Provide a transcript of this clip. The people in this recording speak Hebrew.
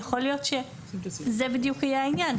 יכול להיות שזה בדיוק יהיה העניין,